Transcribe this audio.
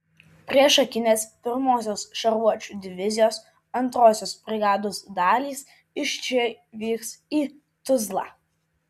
priešakinės pirmosios šarvuočių divizijos antrosios brigados dalys iš čia vyks į tuzlą